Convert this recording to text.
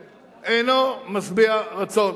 ממשלת קדימה האריכה,